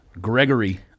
Gregory